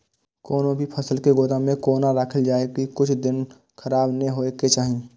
कोनो भी फसल के गोदाम में कोना राखल जाय की कुछ दिन खराब ने होय के चाही?